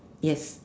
yes